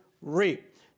reap